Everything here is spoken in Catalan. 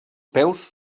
peus